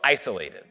isolated